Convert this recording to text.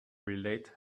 relate